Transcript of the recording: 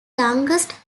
youngest